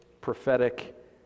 prophetic